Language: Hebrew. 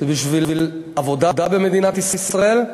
זה בשביל עבודה במדינת ישראל,